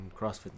CrossFit